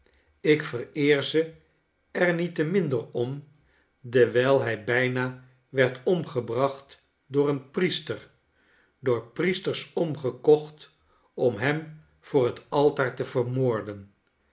ik vereer ze er niet te minder om dewijl hij bijna werd omgebracht door een priester door priesters omgekocht om hem voor het altaar te vermoorden